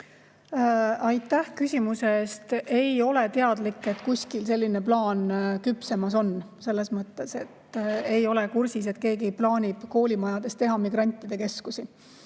Aitäh küsimuse eest! Ei ole teadlik, et kusagil selline plaan küpsemas oleks, selles mõttes, et ei ole kursis, et keegi plaaniks koolimajadest teha migrantide keskusi.